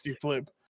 flip